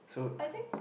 I think